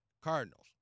Cardinals